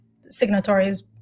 signatories